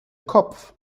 kopf